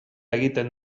egiten